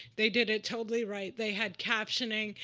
they did it totally right. they had captioning.